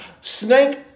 snake